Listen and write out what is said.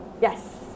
Yes